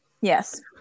yes